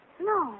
No